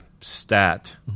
stat